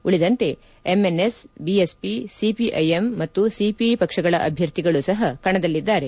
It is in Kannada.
ಉಳಿದಂತೆ ಎಂಎನ್ಎಸ್ ಬಿಎಸ್ಪಿ ಸಿಪಿಐ ಎಂ ಮತ್ತು ಸಿಪಿಐ ಪಕ್ಷಗಳ ಅಭ್ಯರ್ಥಿಗಳು ಸಹ ಕಣದಲ್ಲಿದ್ದಾರೆ